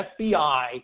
FBI